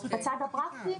בצד הפרקטי,